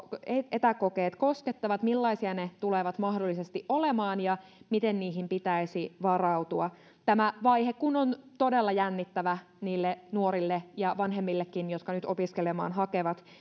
etäkokeet koskettavat millaisia ne tulevat mahdollisesti olemaan ja miten niihin pitäisi varautua tämä vaihe kun on todella jännittävä niille nuorille ja vanhemmillekin jotka nyt opiskelemaan hakevat